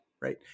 right